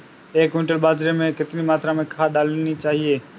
एक क्विंटल बाजरे में कितनी मात्रा में खाद डालनी चाहिए?